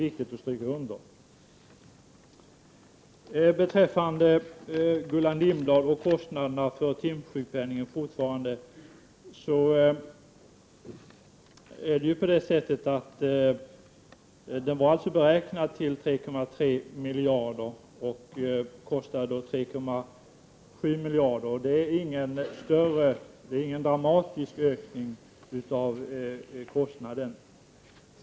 Till Gullan Lindblad vill jag beträffande kostnaden för timsjukpenningen säga att den var beräknad till 3,3 miljarder kronor men gick upp till 3,7 miljarder. Det är ingen dramatisk ökning av kostnaden.